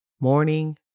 Morning